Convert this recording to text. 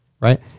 Right